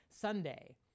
Sunday